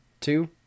two